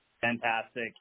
Fantastic